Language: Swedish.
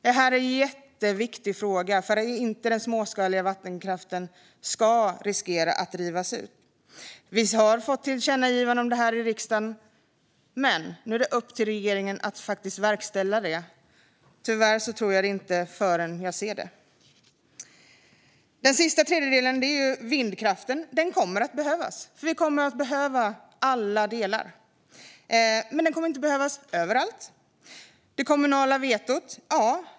Detta är en jätteviktig fråga för att den småskaliga vattenkraften inte ska riskera att drivas ut. Det har riktats ett tillkännagivande om detta i riksdagen; nu är det upp till regeringen att faktiskt verkställa det. Tyvärr tror jag det inte förrän jag ser det. Den sista tredjedelen är vindkraften. Den kommer att behövas, för vi kommer att behöva alla delar. Den kommer dock inte att behövas överallt.